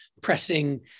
pressing